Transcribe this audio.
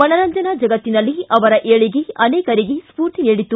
ಮನರಂಜನಾ ಜಗತ್ತಿನಲ್ಲಿ ಅವರ ಏಳಗೆ ಅನೇಕರಿಗೆ ಸ್ಫೂರ್ತಿ ನೀಡಿತ್ತು